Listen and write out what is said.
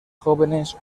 jóvenes